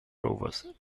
rovers